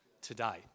today